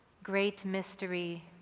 great mystery,